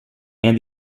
and